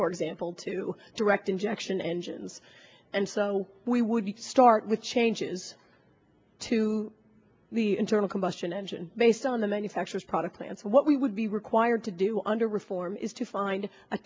for example to direct injection engines and so we would start with changes to the internal combustion engine based on the manufacturer's product and what we would be required to do under reform is to find a